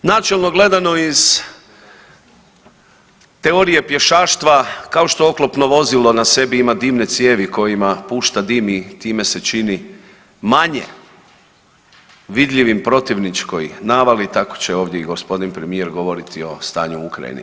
Načelno gledano iz teorije pješaštva, kao što oklopno vozilo na sebi ima dimne cijevi kojima pušta dim i time se čini manje vidljivim protivničkoj navali, tako će ovdje i g. premijer govoriti o stanju u Ukrajini.